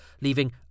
leaving